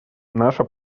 наша